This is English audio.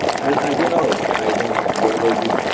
and as you know, i don't have to go over these.